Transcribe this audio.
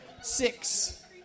six